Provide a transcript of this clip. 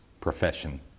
profession